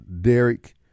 Derek